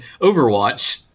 Overwatch